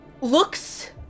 looks